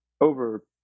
over